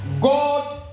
God